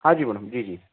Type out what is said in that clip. हाँ जी मैडम जी जी